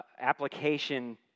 application